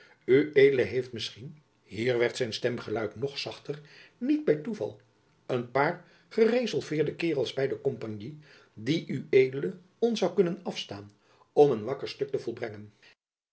ued heeft misschien hier werd zijn stemgeluid nog zachter niet by toeval een paar gerezolveerde kaerels by de kompagnie die ued ons zoû kunnen afstaan om een wakker stuk te volbrengen